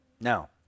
Now